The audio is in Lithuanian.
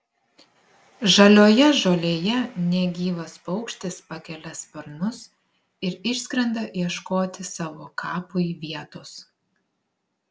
žalioje žolėje negyvas paukštis pakelia sparnus ir išskrenda ieškoti savo kapui vietos